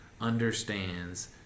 understands